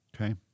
Okay